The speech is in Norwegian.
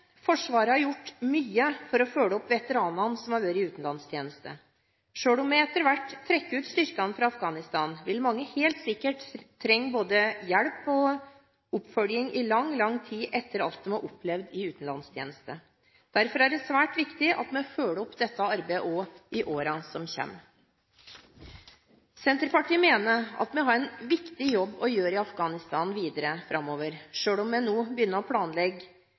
Forsvaret har gjort mye for å følge opp veteranene som har vært i utenlandstjeneste. Selv om vi etter hvert trekker ut styrkene fra Afghanistan, vil mange helt sikkert trenge både hjelp og oppfølging i lang, lang tid etter alt de har opplevd i utenlandstjeneste. Derfor er det svært viktig at vi følger opp dette arbeidet også i årene som kommer. Senterpartiet mener at vi har en viktig jobb å gjøre i Afghanistan videre framover, selv om vi nå begynner å planlegge